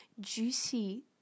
juicy